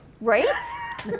Right